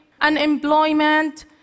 unemployment